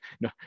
no